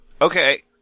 okay